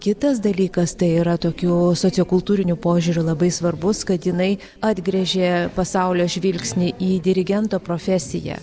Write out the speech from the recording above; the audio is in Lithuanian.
kitas dalykas tai yra tokiu sociokultūriniu požiūriu labai svarbus kad jinai atgręžė pasaulio žvilgsnį į dirigento profesiją